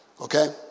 Okay